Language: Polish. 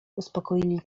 uspokoili